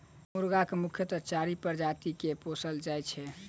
मुर्गाक मुख्यतः चारि प्रजाति के पोसल जाइत छै